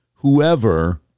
Whoever